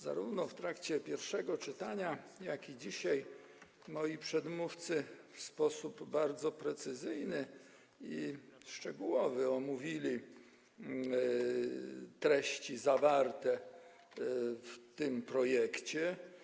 Zarówno w trakcie pierwszego czytania, jak i dzisiaj moi przedmówcy w sposób bardzo precyzyjny i szczegółowy omówili treści zawarte w tym projekcie.